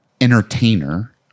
entertainer